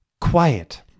quiet